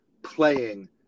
playing